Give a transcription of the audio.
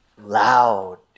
loud